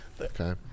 Okay